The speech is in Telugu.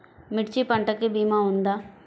మిర్చి పంటకి భీమా ఉందా?